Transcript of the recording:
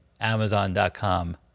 amazon.com